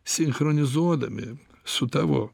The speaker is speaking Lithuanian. sinchronizuodami su tavo